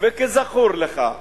כזכור לך,